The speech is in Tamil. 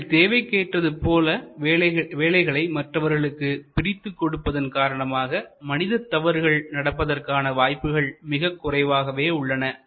இவர்கள் தேவைக்கு ஏற்றது போல வேலைகளை மற்றவர்களுக்கு பிரித்துக் கொடுப்பதன் காரணமாக மனிதத் தவறுகள் நடப்பதற்கான வாய்ப்புகள் மிகக் குறைவாகவே உள்ளன